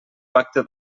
pacte